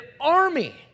army